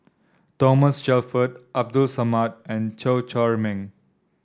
Thomas Shelford Abdul Samad and Chew Chor Ming